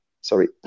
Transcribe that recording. sorry